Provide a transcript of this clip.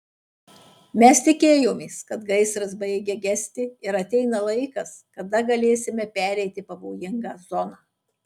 mes tikėjomės kad gaisras baigia gesti ir ateina laikas kada galėsime pereiti pavojingą zoną